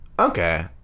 Okay